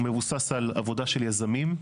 מבוסס על עבודה של יזמים.